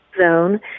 Zone